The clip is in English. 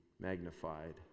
magnified